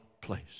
place